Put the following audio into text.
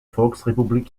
volksrepublik